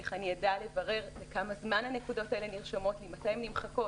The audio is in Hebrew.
איך הוא ידע לברר לכמה זמן הנקודות האלה נרשמות ומתי הן נמחקות.